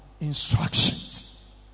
instructions